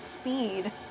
speed